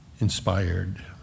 inspired